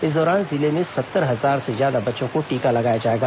इस दौरान जिले में सत्तर हजार से ज्यादा बच्चों को टीका लगाया जाएगा